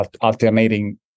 alternating